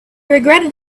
regretted